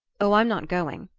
oh, i'm not going,